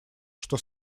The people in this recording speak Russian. что